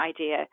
idea